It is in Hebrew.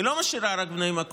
היא לא משאירה רק את בני המקום,